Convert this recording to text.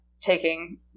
taking